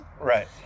Right